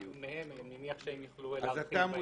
אני מניח שהם יוכלו להרחיב בעניין.